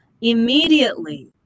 immediately